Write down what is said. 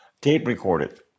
tape-recorded